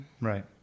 Right